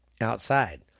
outside